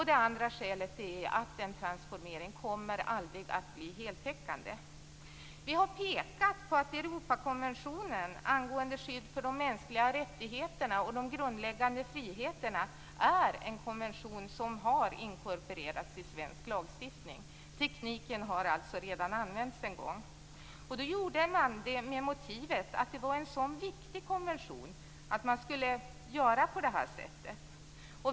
Det andra skälet är att en transformering aldrig kommer att bli heltäckande. Vi har pekat på att Europakonventionen angående skydd för de mänskliga rättigheterna och de grundläggande friheterna är en konvention som har inkorporerats i svensk lagstiftning, tekniken har alltså redan använts en gång. Då gjorde man det med motivet att det var en sådan viktig konvention att man skulle göra på det sättet.